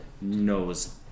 knows